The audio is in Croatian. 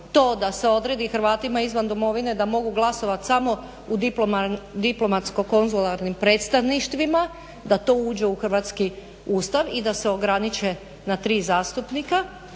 to da se odredi Hrvatima izvan domovine da mogu glasovat samo u diplomatsko-konzularnim predstavništvima, da to uđe u Hrvatski ustav i da se ograniče na 3 zastupnika.